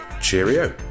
cheerio